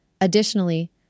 Additionally